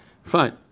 Fine